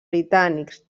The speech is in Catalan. britànics